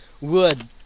wood